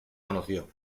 conoció